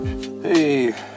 hey